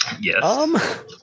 Yes